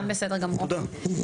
אה, בסדר גמור, אוקיי.